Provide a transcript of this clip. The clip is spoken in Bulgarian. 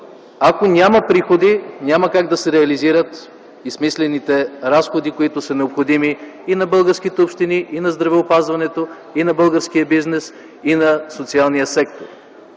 ако няма приходи, няма как да се реализират и смислените разходи, необходими на българските общини, здравеопазването, българския бизнес и социалния сектор.